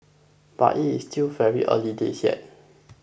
but it is still very early days yet